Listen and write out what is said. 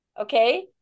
Okay